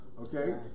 okay